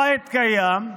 הבית קיים,